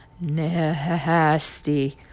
nasty